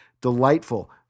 delightful